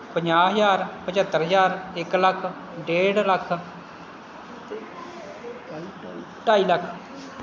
ਪੰਜਾਹ ਹਜ਼ਾਰ ਪੰਝੱਤਰ ਹਜ਼ਾਰ ਇੱਕ ਲੱਖ ਡੇਢ ਲੱਖ ਢਾਈ ਲੱਖ